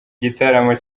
gitaramo